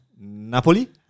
Napoli